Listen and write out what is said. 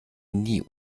nie